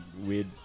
weird